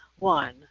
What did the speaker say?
One